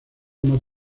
más